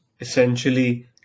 essentially